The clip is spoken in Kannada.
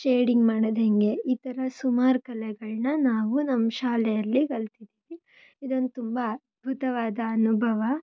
ಶೇಡಿಂಗ್ ಮಾಡೋದು ಹೇಗೆ ಈ ಥರ ಸುಮಾರು ಕಲೆಗಳನ್ನ ನಾವು ನಮ್ಮ ಶಾಲೆಯಲ್ಲಿ ಕಲಿತಿದ್ವಿ ಇದೊಂದು ತುಂಬ ಅದ್ಭುತವಾದ ಅನುಭವ